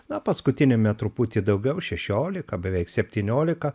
na paskutiniame truputį daugiau šešiolika beveik septyniolika